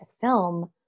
film